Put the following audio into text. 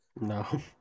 No